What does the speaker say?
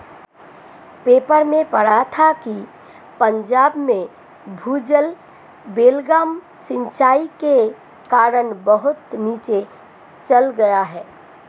paper में पढ़ा था कि पंजाब में भूजल बेलगाम सिंचाई के कारण बहुत नीचे चल गया है